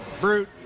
brute